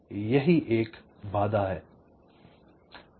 यह एक बाधा है